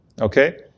Okay